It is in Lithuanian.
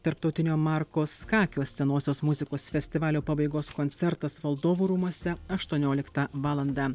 tarptautinio marko skakio senosios muzikos festivalio pabaigos koncertas valdovų rūmuose aštuonioliktą valandą